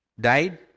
died